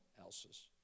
else's